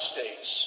States